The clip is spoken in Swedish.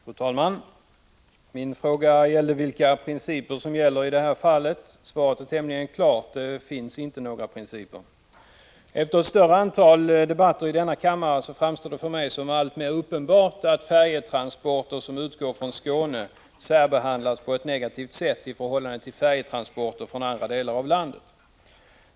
Fru talman! Min fråga var vilka principer som gäller vid klassificering av färjetrafik. Svaret är tämligen klart. Det finns inte några principer. Efter ett större antal debatter i denna kammare framstår det för mig som alltmer uppenbart att färjetransporter som utgår från Skåne särbehandlas på ett negativt sätt i förhållande till färjetransporter från andra delar av landet.